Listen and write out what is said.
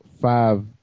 five